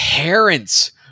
parents